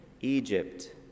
Egypt